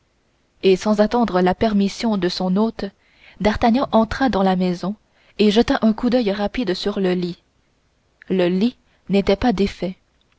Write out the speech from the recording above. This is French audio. et sans attendre la permission de son hôte d'artagnan entra vivement dans la maison et jeta un coup d'oeil rapide sur le lit le lit n'était pas défait